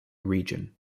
region